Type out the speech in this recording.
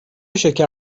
شکر